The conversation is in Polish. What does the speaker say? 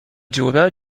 dziura